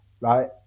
right